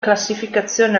classificazione